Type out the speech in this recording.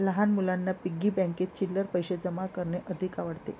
लहान मुलांना पिग्गी बँकेत चिल्लर पैशे जमा करणे अधिक आवडते